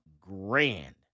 grand